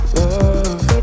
love